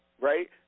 right